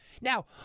Now